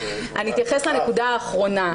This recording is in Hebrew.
אתייחס לנקודה האחרונה,